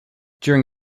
during